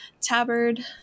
tabard